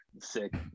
sick